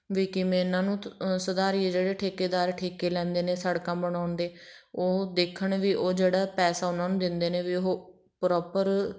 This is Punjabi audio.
ਵੀ ਕਿਵੇਂ ਇਹਨਾਂ ਨੂੰ ਤ ਸੁਧਾਰੀਏ ਜਿਹੜੇ ਠੇਕੇਦਾਰ ਠੇਕੇ ਲੈਂਦੇ ਨੇ ਸੜਕਾਂ ਬਣਾਉਣ ਦੇ ਉਹ ਦੇਖਣ ਵੀ ਉਹ ਜਿਹੜਾ ਪੈਸਾ ਉਹਨਾਂ ਨੂੰ ਦਿੰਦੇ ਨੇ ਵੀ ਉਹ ਪ੍ਰੋਪਰ